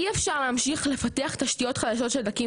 אי אפשר להמשיך לפתח תשתיות חדשות של דלקים